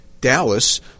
Dallas